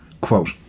quote